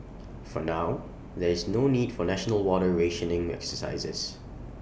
for now there is no need for national water rationing exercises